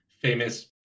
famous